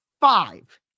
five